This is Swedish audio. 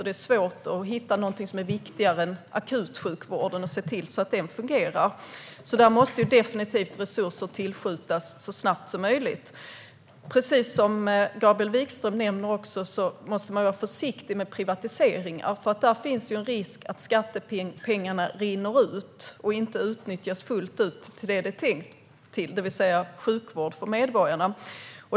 Och det är svårt att hitta någonting viktigare än att se till att akutsjukvården fungerar. Dit måste resurser definitivt skjutas till, så snabbt som möjligt. Precis som Gabriel Wikström nämner måste man också vara försiktig med privatiseringar. Där finns det risk för att skattepengarna rinner ut och att de inte utnyttjas fullt ut för det de är tänkta för, det vill säga sjukvård för medborgarna.